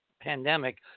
pandemic